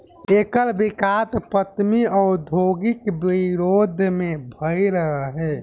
एकर विकास पश्चिमी औद्योगिक विरोध में भईल रहे